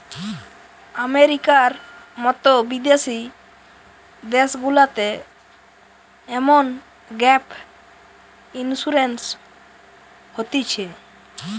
আমেরিকার মতো বিদেশি দেশগুলাতে এমন গ্যাপ ইন্সুরেন্স হতিছে